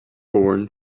foreign